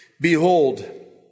Behold